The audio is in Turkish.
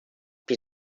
bir